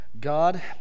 God